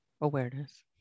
awareness